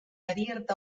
abierta